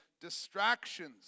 distractions